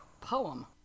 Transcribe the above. Poem